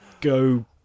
go